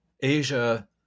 Asia